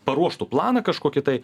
paruoštų planą kažkokį tai